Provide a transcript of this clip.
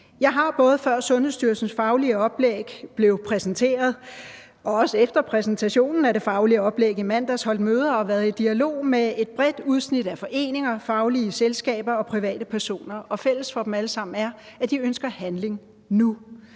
Jeg har, både før Sundhedsstyrelsens faglige oplæg blev præsenteret og også efter præsentationen af det faglige oplæg i mandags, holdt møder og været i dialog med et bredt udsnit af foreninger, faglige selskaber og privatpersoner, og fælles for dem alle er, at de ønsker handling nu.